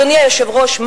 אדוני היושב-ראש,